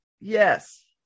Yes